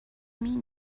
mean